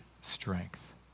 strength